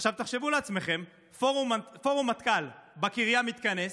עכשיו, תחשבו לעצמכם: פורום מטכ"ל מתכנס